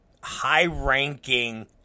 high-ranking